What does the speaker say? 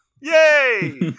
yay